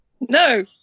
No